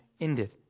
ended